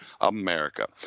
America